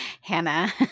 Hannah